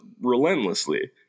relentlessly